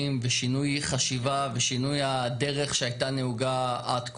ושינוי חשיבה ושינוי הדרך שהייתה נהוגה עד כה,